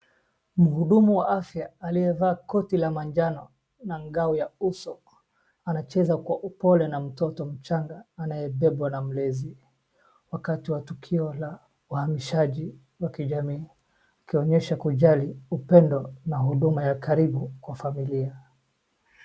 Mhudumu wa afya aliyevaa koti la majano na ngao ya uso anacheza kwa upole na mtoto mchanga anayebebwa na mlezi wakati wa tukio la uhamishaji wa kijamii, ikionyesha kujali, upendo na huduma ya karibu kwa familia.